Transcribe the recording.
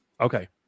Okay